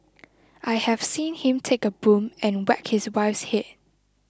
I have seen him take a broom and whack his wife's head